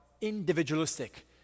individualistic